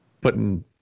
Putting